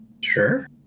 Sure